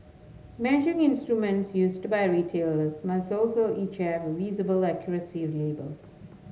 measuring instruments used by retailers must also each have a visible accuracy label